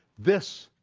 this,